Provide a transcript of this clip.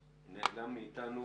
נעלם מאיתנו.